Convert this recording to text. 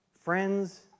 friends